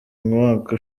umwaka